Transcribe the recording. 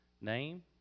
name